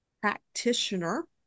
practitioner